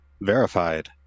verified